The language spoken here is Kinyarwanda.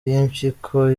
y’impyiko